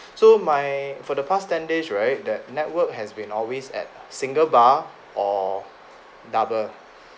so my for the past ten days right that network has been always at single bar or double